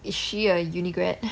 is she a uni grad